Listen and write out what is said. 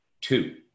two